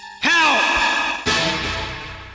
Help